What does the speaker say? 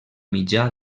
mitjà